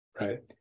Right